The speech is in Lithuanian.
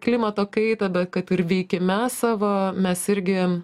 klimato kaitą bet kad ir veikime savo mes irgi